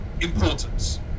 importance